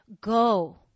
go